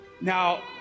Now